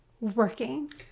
working